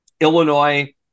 Illinois